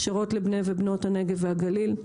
הכשרות לבני ובנות הנגב והגליל,